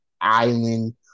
island